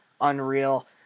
unreal